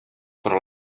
però